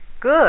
good